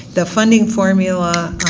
the funding formula.